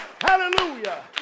Hallelujah